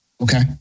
Okay